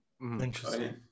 Interesting